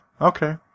Okay